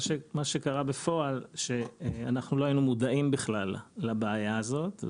מה שקרה בפועל הוא שאנחנו לא היינו מודעים בכלל לבעיה הזאת,